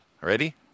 Ready